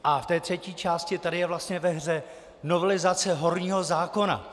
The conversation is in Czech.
A ve třetí části je vlastně ve hře novelizace horního zákona.